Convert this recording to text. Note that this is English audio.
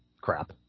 crap